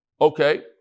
Okay